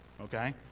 okay